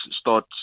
start